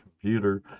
computer